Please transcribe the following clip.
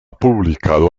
publicado